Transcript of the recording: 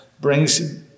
brings